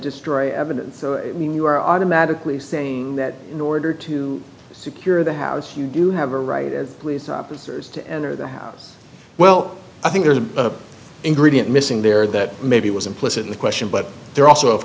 destroy evidence i mean you are automatically saying that in order to secure the house you do have a right as police officers to enter the house well i think there's a ingredient missing there that maybe was implicit in the question but there also of